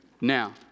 Now